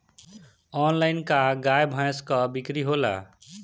Online का गाय भैंस क बिक्री होला?